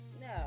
No